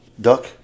Duck